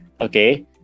Okay